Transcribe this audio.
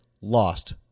lost